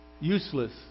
useless